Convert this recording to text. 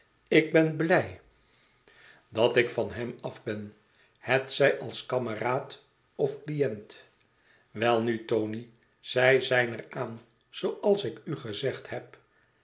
ik ben blij dat ik van hem af ben hetzij als kameraad of cliënt welnu tony zij zijn er aan zooals ik u gezegd heb